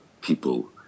people